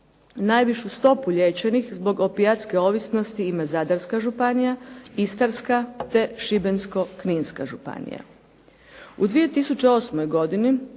Najvišu stopu liječenih zbog opijatske ovisnosti ima Zadarska županija, Istarska te Šibensko-kninska županija. U 2008. godini